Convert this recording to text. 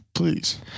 Please